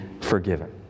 forgiven